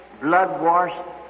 blood-washed